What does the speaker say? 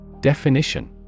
Definition